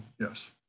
Yes